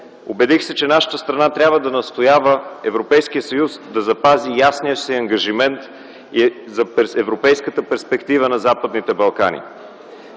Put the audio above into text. Убедих се, че нашата страна трябва да настоява Европейският съюз да запази ясния си ангажимент за европейската перспектива на Западните Балкани.